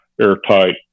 airtight